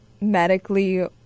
medically